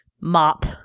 mop